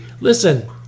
listen